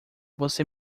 você